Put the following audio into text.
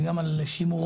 וגם על שימורו.